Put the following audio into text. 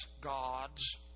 gods